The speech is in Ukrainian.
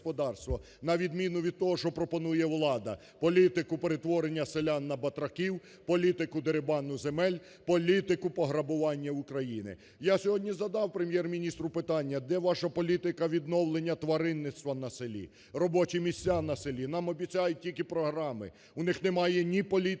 на відміну від того, що пропонує влада, політику, перетворення селян на батраків, політику дерибанну земель, політику пограбування України. Я сьогодні задав Прем'єр-міністру питання, де ваша політика відновлення тваринництва на селі, робочі місця на селі? Нам обіцяють тільки програми, у них немає ні політики,